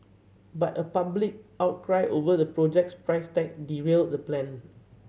but a public outcry over the project's price tag derailed that plan